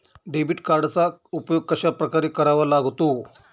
Debit कार्डचा उपयोग कशाप्रकारे करावा लागतो?